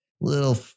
little